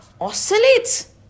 oscillates